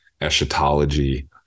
eschatology